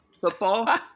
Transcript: football